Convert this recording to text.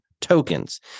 tokens